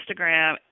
Instagram